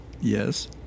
Yes